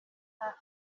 hafi